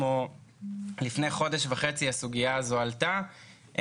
לפני חודש וחצי הסוגיה הזו עלתה,